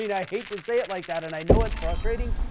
mean, i hate to say it like that and i know it's frustrating,